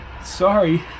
Sorry